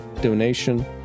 donation